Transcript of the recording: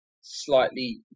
slightly